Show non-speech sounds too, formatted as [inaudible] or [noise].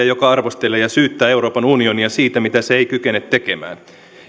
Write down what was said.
[unintelligible] joka arvostelee ja syyttää euroopan unionia siitä mitä se ei kykene tekemään